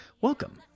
Welcome